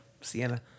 Sienna